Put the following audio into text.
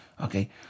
okay